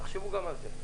תחשבו גם על זה.